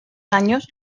años